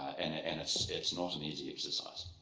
and and it's it's not an easy exercise.